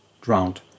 drowned